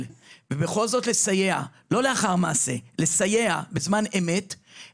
את זה ולסייע לא לאחר מעשה אלא בזמן אמת,